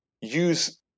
use